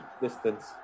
distance